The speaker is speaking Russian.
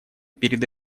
перед